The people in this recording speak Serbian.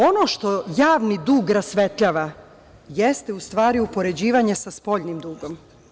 Ono što javni dug rasvetljava jeste u stvari upoređivanje sa spoljnim dugom.